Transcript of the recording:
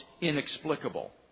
inexplicable